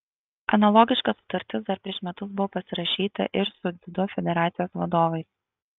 analogiška sutartis dar prieš metus buvo pasirašyta ir su dziudo federacijos vadovais